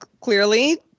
clearly